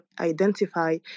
identify